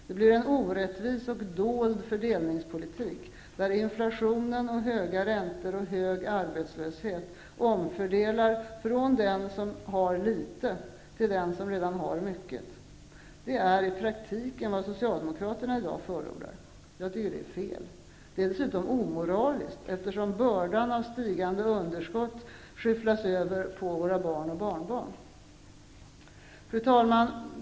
Det blir en orättvis och dold fördelningspolitik där inflation, höga räntor och hög arbetslöshet omfördelar från den som har litet till den som redan har mycket. Det är i praktiken vad Socialdemokraterna i dag förordar. Jag tycker att det är fel. Det är dessutom omoraliskt, eftersom bördan av stigande underskott skyfflas över på våra barn och barnbarn. Fru talman!